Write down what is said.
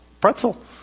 pretzel